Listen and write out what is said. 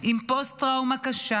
עם פוסט-טראומה קשה,